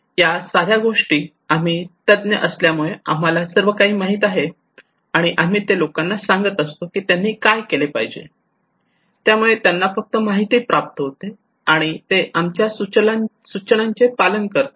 या साध्या गोष्टी आम्ही तज्ञ असल्यामुळे आम्हाला सर्व काही माहित आहे आणि आम्ही ते लोकांना सांगत असतो की त्यांनी काय केले पाहिजे यामुळे त्यांना फक्त माहिती प्राप्त होते आणि ते आमच्या सूचनांचे पालन करतात